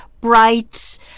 Bright